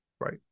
Right